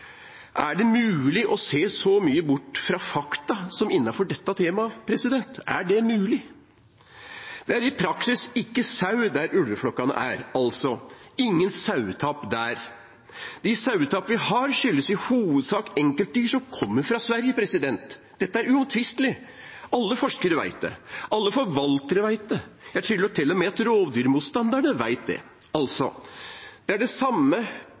Er det mulig å se så mye bort fra fakta som innenfor dette temaet? Er det mulig? Det er i praksis ikke sauer der ulveflokkene er, altså ingen tap av sauer der. De tapene av sauer vi har, skyldes i hovedsak enkeltdyr som kommer fra Sverige. Dette er uomtvistelig. Alle forskere vet det. Alle forvaltere vet det. Det er tydelig at til og med rovdyrmotstanderne vet det. Det er det samme